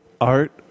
Art